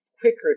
quicker